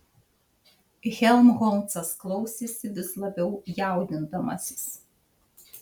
helmholcas klausėsi vis labiau jaudindamasis